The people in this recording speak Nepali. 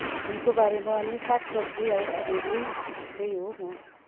फुलको बारेमा अनि सागसब्जी अलिअलि त्यही हो